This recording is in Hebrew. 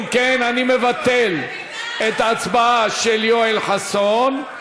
אם כן, אני מבטל את ההצבעה של יואל חסון.